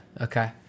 okay